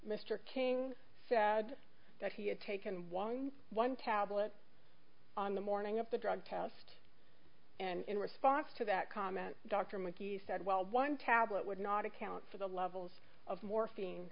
mr king said that he had taken one one tablet on the morning of the drug test and in response to that comment dr mckee said well one tablet would not account for the levels of morphine